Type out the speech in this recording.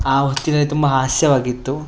ಆ ಹೊತ್ತಿನಲ್ಲಿ ತುಂಬ ಹಾಸ್ಯವಾಗಿತ್ತು